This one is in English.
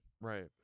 right